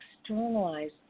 externalize